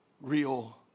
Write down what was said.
real